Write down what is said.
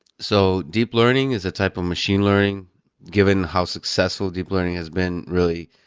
so deep learning is a type of machine learning given how successful deep learning has been really.